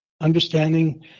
understanding